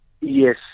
Yes